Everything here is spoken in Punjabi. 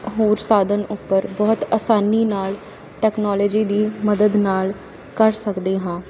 ਹੋਰ ਸਾਧਨ ਉੱਪਰ ਬਹੁਤ ਆਸਾਨੀ ਨਾਲ ਟੈਕਨੋਲੋਜੀ ਦੀ ਮਦਦ ਨਾਲ ਕਰ ਸਕਦੇ ਹਾਂ